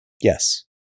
Yes